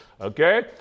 okay